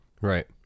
right